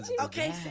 Okay